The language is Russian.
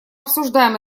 обсуждаем